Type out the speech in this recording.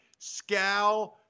Scal